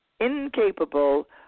incapable